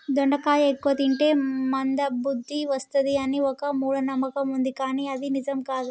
దొండకాయ ఎక్కువ తింటే మంద బుద్ది వస్తది అని ఒక మూఢ నమ్మకం వుంది కానీ అది నిజం కాదు